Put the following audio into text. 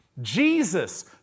Jesus